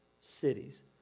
cities